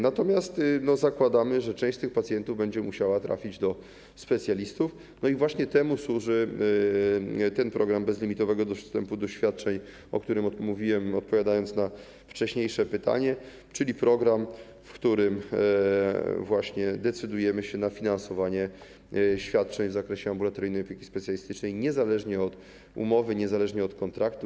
Natomiast zakładamy, że część tych pacjentów będzie musiała trafić do specjalistów, i właśnie temu służy program bezlimitowego dostępu do świadczeń, o którym mówiłem, odpowiadając na wcześniejsze pytanie, czyli program, w którym decydujemy się na finansowanie świadczeń w zakresie ambulatoryjnej opieki specjalistycznej, niezależnie od umowy, niezależnie od kontraktu.